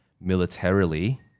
militarily